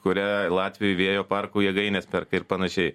kurią latvijoj vėjo parkų jėgaines perka ir panašiai